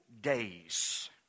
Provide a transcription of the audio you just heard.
days